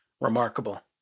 Remarkable